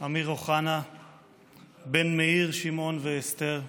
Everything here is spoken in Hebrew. אמיר אוחנה בן מאיר שמעון ואסתר,